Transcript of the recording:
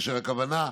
והכוונה,